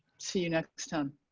see you next time.